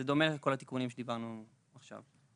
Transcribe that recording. זה דומה לכל התיקונים שדיברנו עליהם עכשיו.